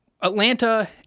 Atlanta